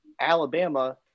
Alabama